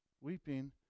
weeping